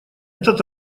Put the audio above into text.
этот